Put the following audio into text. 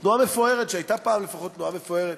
תנועה מפוארת,